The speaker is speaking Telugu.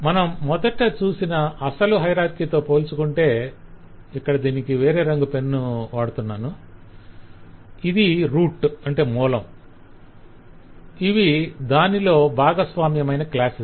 మనం మొదట చూసిన అసలు హయరార్కితో పోల్చుకుంటే దీనికి వేరే రంగు పెన్ వాడుతున్నాను ఇది మూలం ఇవి దానిలో భాగస్వామ్యమైన క్లాసెస్